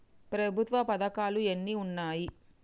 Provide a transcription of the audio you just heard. ప్రభుత్వ పథకాలు ఎన్ని ఉన్నాయి?